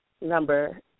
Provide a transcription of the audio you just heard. number